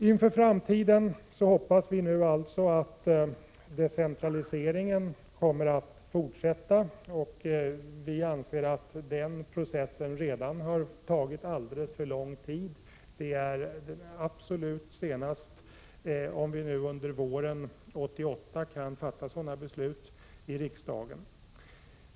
Inför framtiden hoppas vi att decentraliseringen kommer att fortsätta. Vi anser att den processen redan har tagit alldeles för lång tid. Under våren 1988 bör vi kunna fatta sådana beslut i riksdagen.